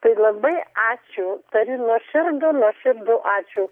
tai labai ačiū tariu nuoširdų nuoširdų ačiū